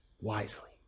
wisely